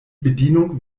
bedienung